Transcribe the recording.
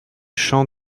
champs